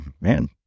man